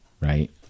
right